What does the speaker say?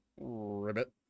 ribbit